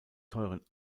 teuren